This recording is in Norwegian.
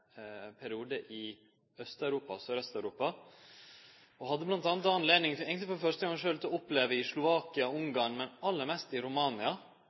periode i Søraust-Europa og hadde eigentleg for første gong sjølv anledning til å oppleve haldningane og måten det vart snakka om romfolk på i Slovakia og Ungarn, men aller mest i Romania